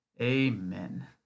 Amen